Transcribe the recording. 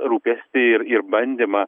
rūpestį ir ir bandymą